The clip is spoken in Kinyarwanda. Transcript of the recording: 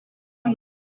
hano